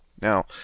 now